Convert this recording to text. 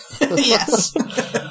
Yes